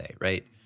right